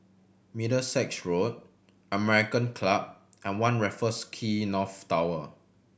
Middlesex Road American Club and One Raffles Quay North Tower